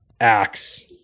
acts